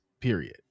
period